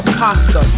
pasta